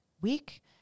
week